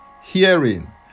hearing